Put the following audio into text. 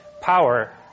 power